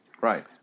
Right